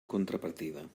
contrapartida